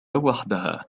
وحدها